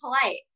polite